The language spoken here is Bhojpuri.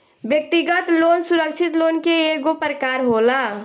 व्यक्तिगत लोन सुरक्षित लोन के एगो प्रकार होला